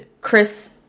Chris